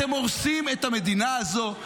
אתם הורסים את המדינה הזו,